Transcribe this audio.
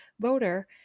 voter